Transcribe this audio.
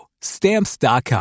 Stamps.com